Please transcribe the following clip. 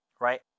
right